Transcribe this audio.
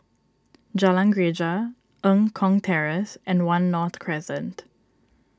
Jalan Greja Eng Kong Terrace and one North Crescent